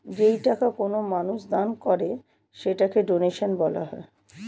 যেই টাকা কোনো মানুষ দান করে সেটাকে ডোনেশন বলা হয়